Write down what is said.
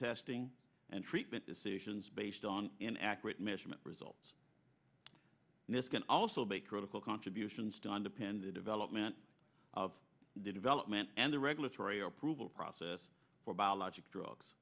testing and treatment decisions based on an accurate measurement results and this can also be critical contributions to underpin the development of the development and the regulatory approval process for biologic drugs